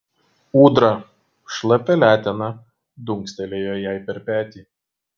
ūdra šlapia letena dunkstelėjo jai per petį